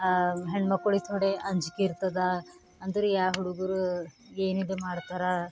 ಹೆಣ್ಮಕ್ಕಳಿಗೆ ಥೋಡೆ ಅಂಜ್ಕೆ ಇರ್ತದೆ ಅಂದರೆ ಯಾವ ಹುಡುಗರು ಏನಿದು ಮಾಡ್ತರ